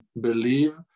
believe